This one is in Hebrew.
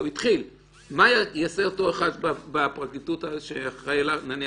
מה יעשה אותו אחד בפרקליטות שאחראי עליו?